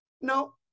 No